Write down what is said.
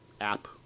app